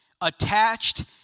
attached